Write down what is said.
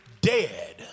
dead